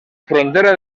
frontera